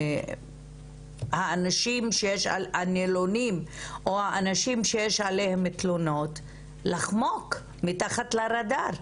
מהאנשים הנילונים או האנשים שיש עליהם תלונות לחמוק מתחת לרדאר.